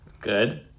good